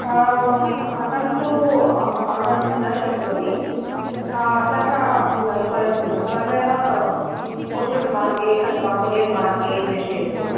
अहन्तु आगन्तुं न शक्नोमि अतः स्वयमेव पोस्टल् मार्गे अथवा कोरियर् मार्गे प्रेषयतु